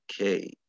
Okay